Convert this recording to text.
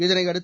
இதனையடுத்து